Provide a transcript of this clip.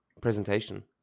presentation